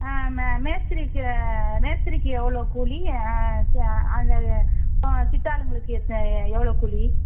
மே மேஸ்திரிக்கு மேஸ்திரிக்கு எவ்வளோ கூலி சித்தாளுங்களுக்கு என்ன எவ்வளோ கூலி